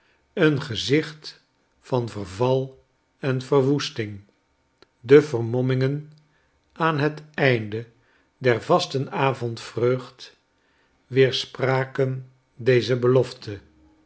een gezicht van verval en verwoesting de vermommingen aan het einde der vastenavondvreugd weerspraken deze belofte